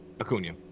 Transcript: Acuna